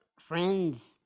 friends